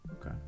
Okay